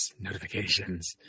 notifications